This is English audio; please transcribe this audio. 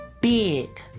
Big